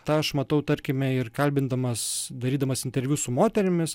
tą aš matau tarkime ir kalbindamas darydamas interviu su moterimis